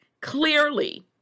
clearly